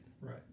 Right